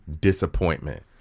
disappointment